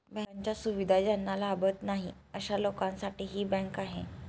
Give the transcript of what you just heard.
बँकांच्या सुविधा ज्यांना लाभत नाही अशा लोकांसाठी ही बँक आहे